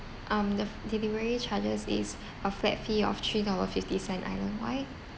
um the delivery charges is a flat fee of three dollar fifty cent islandwide